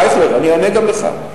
אייכלר, אני אענה גם לך.